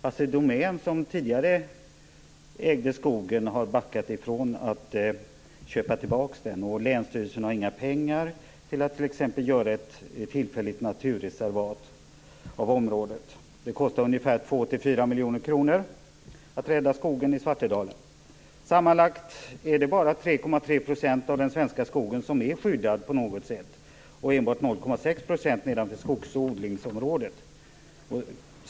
Assi Domän, som tidigare ägde skogen, har backat från att köpa tillbaks den. Länsstyrelsen har inga pengar för att göra ett tillfälligt naturreservat av området. Det kostar 2-4 miljoner kronor att rädda skogen i Svartedalen. Sammanlagt är det bara 3,3 % av den svenska skogen som på något sätt är skyddad - endast 0,6 % nedanför skogs och odlingsområdet.